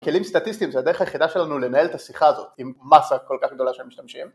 כלים סטטיסטיים זה הדרך היחידה שלנו לנהל את השיחה הזאת עם מסה כל כך גדולה שמשתמשים